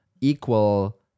equal